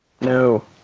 No